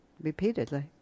repeatedly